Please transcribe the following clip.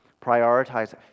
Prioritize